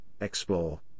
explore